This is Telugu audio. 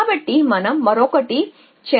కాబట్టి మనం మరొకటి చేద్దాం